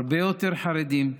הרבה יותר חרדים,